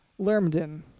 Lermden